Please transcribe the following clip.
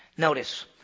Notice